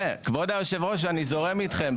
כבוד היושב-ראש, אני זורם איתכם.